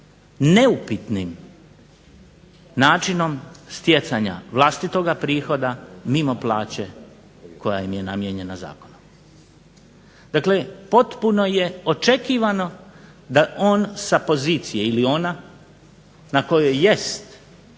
neupitnim načinom stjecanja vlastitog prihoda mimo plaće koja im je namijenjena zakonom. Dakle, potpuno je očekivano da on sa pozicije ili ona na kojoj jest